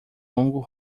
longo